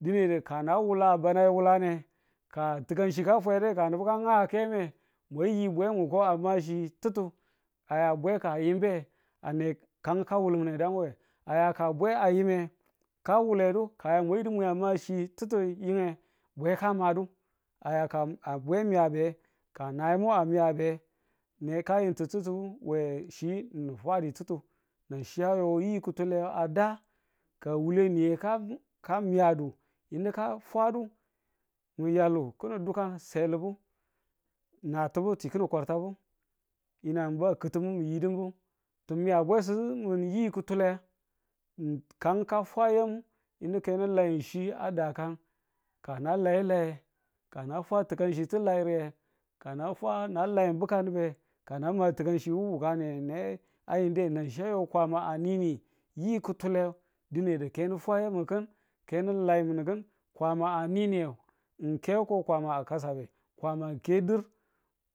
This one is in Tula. dinedu ka na wulabanu bane wulane, ka ti̱kanchi ka fwede ka nubu ka nga keme mwa yi bwe mwi ko a ma chi ti̱ttu aya bwe ka a yimbe ane kan ka wuline dawe aya ka bwe a yime ka wule du ka mwa yidu ko a ma chi ti̱ttu yinge, bwe ka madu aya ka a bwe a miyabe ka naye mo a miya be, ne ka yin ti ti̱ttu we chi ni̱n ni fwadu tuttu nan chi ayo yi kutule a da. ka wule niye ka ka miyado yi̱nang ka fwadu. miyalu ki̱nin dukan selibu natubu ti ki̱ning kwatabu yi̱nang wa kutubu niyimubu ti miya bwesimu mi̱n yi kutule ng kan ka fwadu yinu ke na lai chi a dakangu ka na laiyu laye kana fwa ti̱kan chi ti lairi ye ka na fwa na lai bi̱kam nubu ka na ma ti̱kanchi wu wukani ane yinde nan chi a yo Kwama a nini yi kutule dinedu ke ni fwa yemu ki̱n ke ni laini kin Kwama a ninine ng ke ko Kwama a kasabe kwama a ke dur